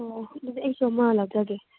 ꯑꯣꯑꯣ ꯑꯗꯨꯗꯤ ꯑꯩꯁꯨ ꯑꯃ ꯂꯧꯖꯒꯦ